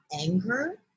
anger